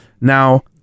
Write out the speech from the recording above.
Now